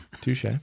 touche